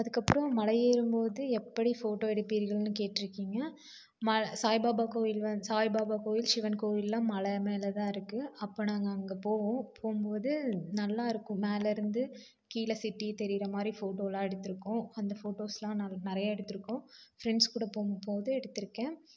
அதுக்கப்பறம் மலை ஏறும்போது எப்படி ஃபோட்டோ எடுப்பீர்கள்ன்னு கேட்டிருக்கீங்க மலை சாய்பாபா கோவில் சாய்பாபா கோவில் சிவன் கோவில்லாம் மலை மேலேதான் இருக்குது அப்போ நாங்கள் அங்கே போவோம் போகும்போது நல்லாயிருக்கும் மேலேருந்து கீழே சிட்டி தெரிகிறமாரி ஃபோட்டோலாம் எடுத்திருக்கோம் அந்த ஃபோட்டோஸ்லாம் நிறைய எடுத்திருக்கோம் ஃபிரெண்ட்ஸ் கூட போகும்போது எடுத்திருக்கேன்